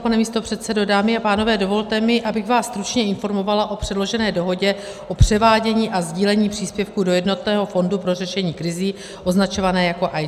Pane místopředsedo, dámy a pánové, dovolte mi, abych vás stručně informovala o předložené dohodě o převádění a sdílení příspěvku do jednotného fondu pro řešení krizí označovaného jako IGA.